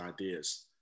ideas